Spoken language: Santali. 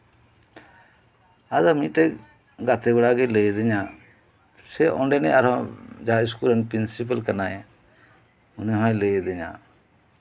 ᱟᱫᱚ ᱢᱤᱫᱴᱮᱱ ᱜᱟᱛᱮ ᱠᱚᱲᱟ ᱜᱮ ᱞᱟᱹᱭ ᱟᱹᱫᱤᱧᱟ ᱥᱮ ᱚᱱᱰᱮᱱᱤᱡ ᱟᱨᱚ ᱡᱟᱸᱦᱟᱭ ᱥᱠᱩᱞ ᱨᱮᱱ ᱯᱨᱤᱱᱥᱤᱯᱟᱞ ᱠᱟᱱᱟᱭ ᱩᱱᱤ ᱦᱚᱭ ᱞᱟᱹᱭ ᱟᱹᱫᱤᱧᱟ